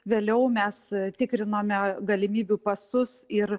vėliau mes tikrinome galimybių pasus ir